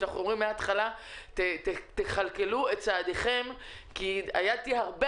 אנחנו אומרים מן ההתחלה: תכלכלו את צעדיכם כי אז היד תהיה הרבה